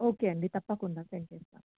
okay అండి తప్పకుండా send చేస్తాం